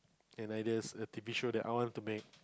and ideas T_V show that I want to make